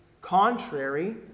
contrary